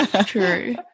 True